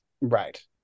Right